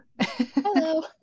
Hello